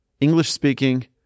English-speaking